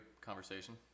conversation